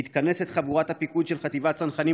מתכנסת חבורת הפיקוד של חטיבת צנחנים